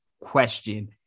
question